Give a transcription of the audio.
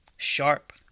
sharp